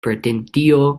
pretendió